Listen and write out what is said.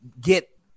get